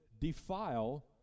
defile